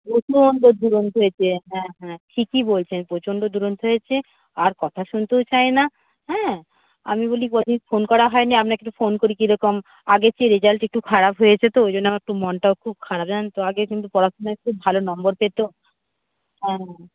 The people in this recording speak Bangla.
প্রচণ্ড দুরন্ত হয়েছে হ্যাঁ হ্যাঁ ঠিকই বলছেন প্রচণ্ড দুরন্ত হয়েছে আর কথা শুনতেও চায় না হ্যাঁ আমি বলি কদিন ফোন করা হয় নি আপনাকে একটু ফোন করি কীরকম আগের চেয়ে রেজাল্ট একটু খারাপ হয়েছে তো ওই জন্য আমার একটু মনটাও খুব খারাপ জানেন তো আগে কিন্তু পড়াশুনোয় খুব ভালো নম্বর পেতো হ্যাঁ